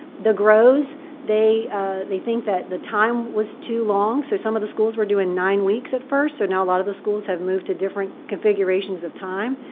the grows they they think that the time was too long. so some of the schools were doing nine weeks at first. so now a lot of those schools have moved to different configurations of time.